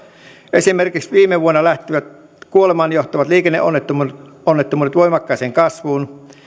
esimerkiksi viime vuonna lähtivät kuolemaan johtavat liikenneonnettomuudet voimakkaaseen kasvuun